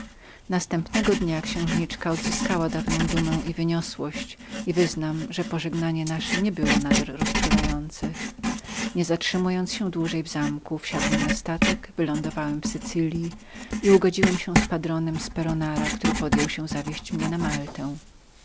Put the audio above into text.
następnego dnia księżniczka odzyskała dawną dumę i wyniosłość i wyznam że pożegnanie nasze nie było nader rozczulającem nie zatrzymując się dłużej w zamku wsiadłem na statek wylądowałem w sycylji i ugodziłem się z patronem speronara który podjął się zawieźć mnie na maltę